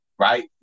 right